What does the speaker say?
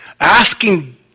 asking